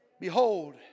Behold